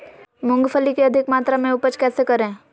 मूंगफली के अधिक मात्रा मे उपज कैसे करें?